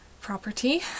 property